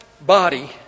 body